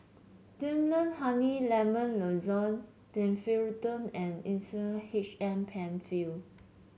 Difflam Honey Lemon Lozenges Domperidone and Insulatard H M Penfill